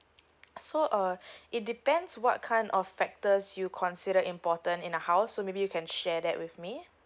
so uh it depends what kind of factors you consider important in a house so maybe you can share that with me